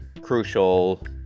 crucial